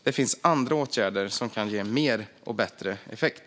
Det finns andra åtgärder som kan ge mer och bättre effekt.